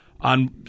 on